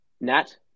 Nat